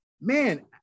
Man